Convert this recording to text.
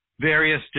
various